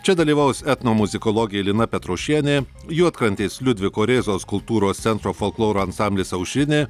čia dalyvaus etnomuzikologė lina petrošienė juodkrantės liudviko rėzos kultūros centro folkloro ansamblis aušrinė